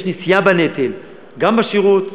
יש נשיאה בנטל, גם בשירות,